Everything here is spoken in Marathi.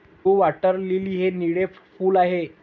ब्लू वॉटर लिली हे निळे फूल आहे